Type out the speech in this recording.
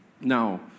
Now